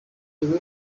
rwanda